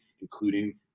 including